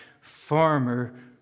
farmer